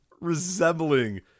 resembling